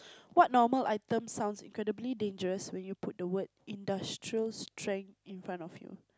what normal item sounds incredibly dangerous when you put the word industrial strength in front of you